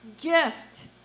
gift